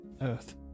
Earth